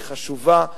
היא חשובה.